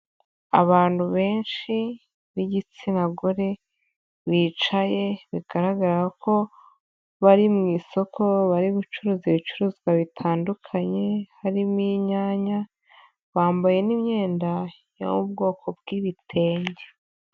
Abantu benshi b'igitsina gore, bicaye, bigaragara ko bari mu isoko, bari gucuruza ibicuruzwa bitandukanye, harimo inyanya, bambaye n'imyenda yo mu bwoko bw'ibitenge.